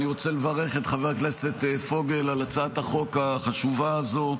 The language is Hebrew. אני רוצה לברך את חבר הכנסת פוגל על הצעת החוק החשובה הזו.